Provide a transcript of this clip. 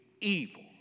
evil